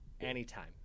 anytime